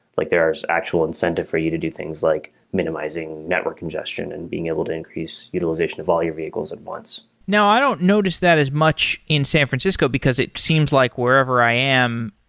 like there are actual incentive for you to do things, like minimizing network congestion and being able to increase utilization of all your vehicles at once now, i don't notice that as much in san francisco, because it seems like wherever i am,